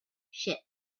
ship